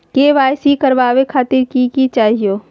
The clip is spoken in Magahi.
के.वाई.सी करवावे खातीर कि कि चाहियो?